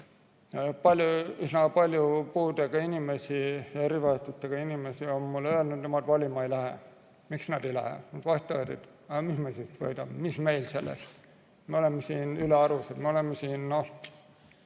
palju puudega inimesi, erivajadusega inimesi mulle öelnud, et nemad valima ei lähe. Miks nad ei lähe? Nad vastavad, et aga mis me sest võidame, mis meil sellest, me oleme siin ülearused, me oleme siin tühi